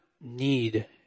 need